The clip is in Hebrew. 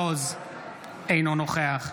אליהו רביבו,